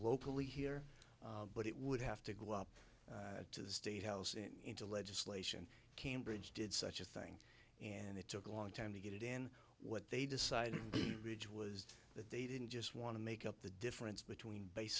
locally here but it would have to go up to the state house and into legislation cambridge did such a thing and it took a long time to get it in what they decided ridge was that they didn't just want to make up the difference between base